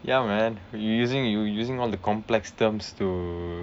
ya man you using you using all the complex terms to